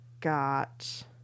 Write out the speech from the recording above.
got